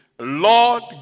Lord